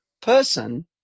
person